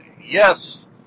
Yes